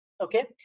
okay